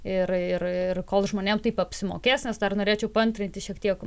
ir ir ir kol žmonėm taip apsimokės nes dar norėčiau paantrinti šiek tiek